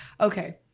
Okay